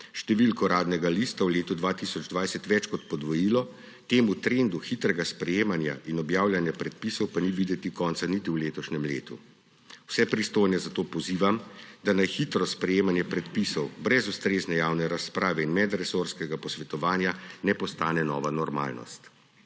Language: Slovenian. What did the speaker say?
številk Uradnega lista v letu 2020 več kot podvojilo, temu trendu hitrega sprejemanja in objavljanja predpisov pa ni videti konca niti v letošnjem letu. Vse pristojne zato pozivam, da naj hitro sprejemanje predpisov brez ustrezne javne razprave in medresorskega posvetovanja ne postane nova normalnost.